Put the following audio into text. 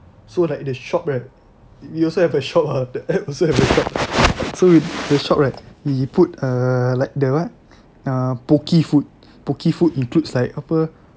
so like the shop right we also have a shop ah the app also have a shop so it's the shop right we put err like the what ah poke food poke food includes like the apa